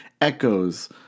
echoes